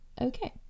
Okay